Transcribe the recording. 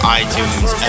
iTunes